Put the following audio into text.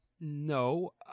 No